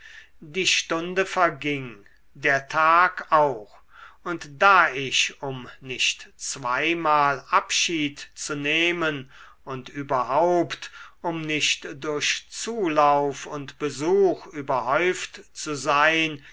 die stunde verging der tag auch und da ich um nicht zweimal abschied zu nehmen und überhaupt um nicht durch zulauf und besuch überhäuft zu sein